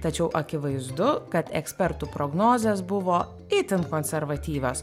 tačiau akivaizdu kad ekspertų prognozės buvo itin konservatyvios